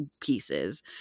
pieces